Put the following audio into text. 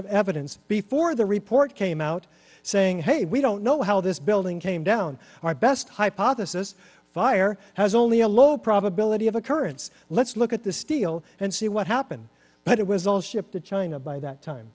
of evidence before the report came out saying hey we don't know how this building came down our best hypothesis fire has only a low probability of occurrence let's look at the steel and see what happened but it was all shipped to china by that time